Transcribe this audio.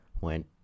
went